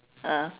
ah